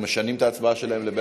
לא משנים את ההצבעה בעד,